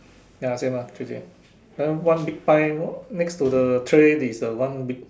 ya same ah three cm then one big pie next to the tray is a one big